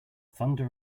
thunder